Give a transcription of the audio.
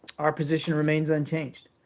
our position remains unchanged,